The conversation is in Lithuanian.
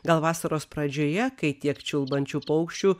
gal vasaros pradžioje kai tiek čiulbančių paukščių